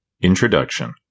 INTRODUCTION